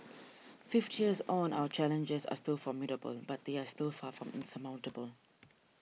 fifty years on our challenges are still formidable but they are still far from insurmountable